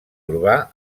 urbà